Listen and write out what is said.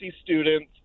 students